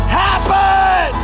happen